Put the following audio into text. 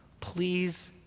please